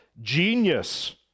genius